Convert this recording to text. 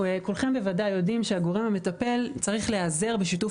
כולכם בוודאי יודעים שהגורם המטפל צריך להיעזר בשיתוף